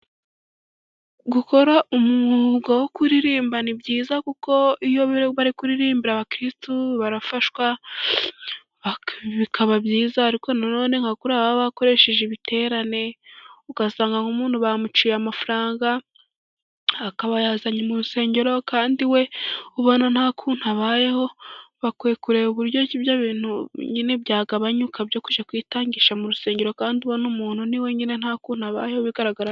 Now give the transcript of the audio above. Gukora umwuga wo kuririmba ni byiza kuko iyo bari kuririmbira abakirisitu barafashwa bikaba byiza ariko nanone nka kuriya baba bakoresheje ibiterane ugasanga nk'umuntu bamuciye amafaranga akaba ayazanye mu rusengero kandi we ubona nta kuntu abayeho, bakwiye kureba uburyo ibyo bintu nyine byagabanuka byo kujya kwitangisha mu rusengero kandi ubona umuntu niwe nyine nta kuntu abayeho bigaragara.